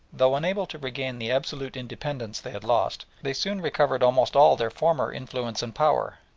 though unable to regain the absolute independence they had lost, they soon recovered almost all their former influence and power,